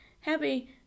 happy